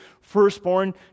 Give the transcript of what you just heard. firstborn